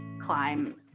climb